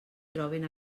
troben